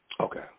Okay